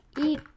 eat